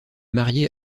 marié